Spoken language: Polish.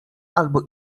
albo